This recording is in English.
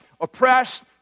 oppressed